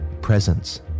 presence